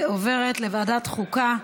ועוברת לוועדת החוקה,